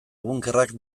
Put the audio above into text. bunkerrak